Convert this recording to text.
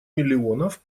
миллионов